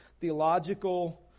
theological